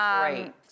great